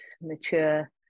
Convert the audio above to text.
mature